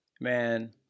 man